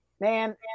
man